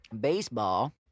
baseball